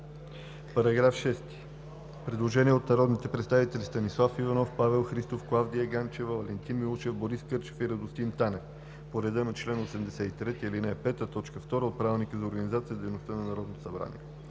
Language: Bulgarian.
По § 1 има предложение от народните представители Станислав Иванов, Павел Христов, Клавдия Ганчева, Валентин Милушев, Борис Кърчев и Радостин Танев по реда на чл. 83, ал. 5, т. 2 от Правилника за